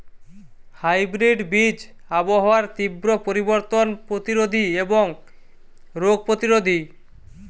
hybrid বীজ আবহাওয়ার তীব্র পরিবর্তন প্রতিরোধী এবং রোগ প্রতিরোধী